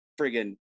friggin